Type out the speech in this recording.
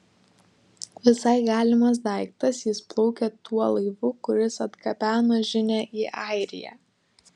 visai galimas daiktas jis plaukė tuo laivu kuris atgabeno žinią į airiją